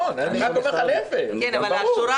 כן, אבל אף אחד